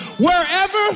Wherever